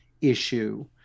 issue